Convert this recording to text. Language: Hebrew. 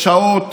יש שעות